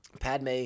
Padme